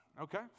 Okay